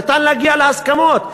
ניתן להגיע להסכמות.